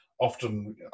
Often